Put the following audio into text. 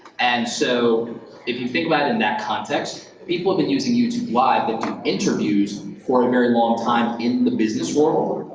and so if you think about it in that context, people have been using youtube live that do interviews for a very long time in the business world,